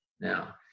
now